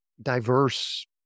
diverse